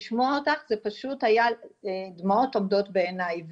לשמוע אותך היה פשוט דמעות עומדות בעיניי.